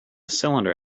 cylinder